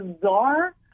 bizarre